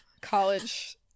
college